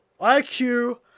IQ